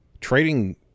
trading